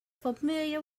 familiar